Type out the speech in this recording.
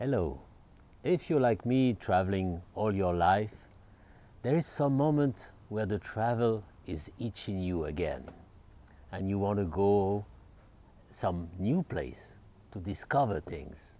hello if you like me traveling all your life there is some moment where the travel is each in you again and you want to go some new place to discover things